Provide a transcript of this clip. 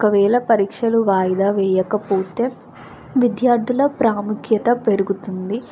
ఒకవేళ పరీక్షలు వాయిదా వేయకపోతే విద్యార్థుల ప్రాముఖ్యత పెరుగుతుంది